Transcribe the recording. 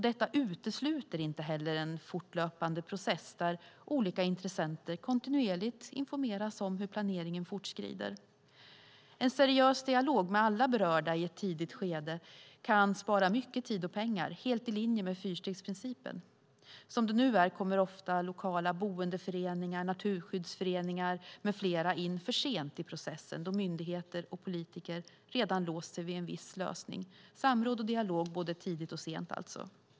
Detta utesluter inte heller en fortlöpande process där olika intressenter kontinuerligt informeras om hur planeringen fortskrider. En seriös dialog med alla berörda i ett tidigt skede kan spara mycket tid och pengar, helt i linje med fyrstegsprincipen. Som det nu är kommer ofta lokala boendeföreningar, naturskyddsföreningar med flera in för sent i processen då myndigheter och politiker redan har låst sig vid en viss lösning. Det ska alltså vara samråd och dialog både tidigt och sent.